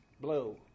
blue